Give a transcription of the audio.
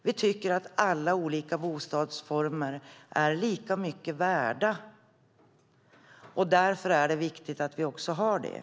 Vi tycker att alla olika bostadsformer är lika mycket värda, och därför är det viktigt att vi har dem.